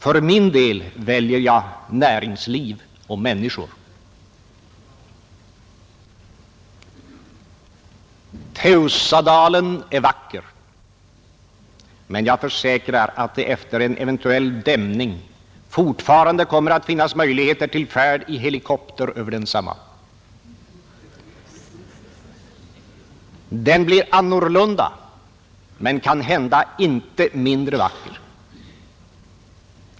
För min del väljer jag näringsliv och människor! Teusadalen är vacker, men jag försäkrar att det efter en eventuell dämning fortfarande kommer att finnas möjligheter till färd i helikopter över densamma. Den blir annorlunda men kanhända inte mindre vacker.